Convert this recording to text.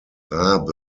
rabe